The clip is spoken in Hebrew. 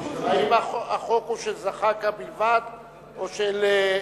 האם החוק הוא של זחאלקה בלבד או של,